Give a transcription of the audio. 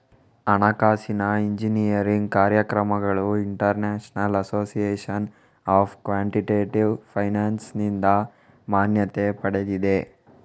ಹಣಕಾಸಿನ ಎಂಜಿನಿಯರಿಂಗ್ ಕಾರ್ಯಕ್ರಮಗಳು international association of quantitative ಫೈನಾನ್ಸಿನಿಂದ ಮಾನ್ಯತೆ ಪಡೆದಿವೆ